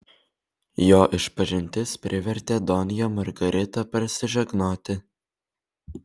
jo išpažintis privertė donją margaritą persižegnoti